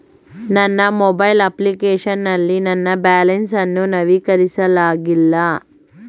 ನನ್ನ mobile application ನಲ್ಲಿ ನನ್ನ ಬ್ಯಾಲೆನ್ಸ್ ಅನ್ನು ನವೀಕರಿಸಲಾಗಿಲ್ಲ